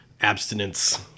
abstinence